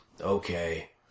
Okay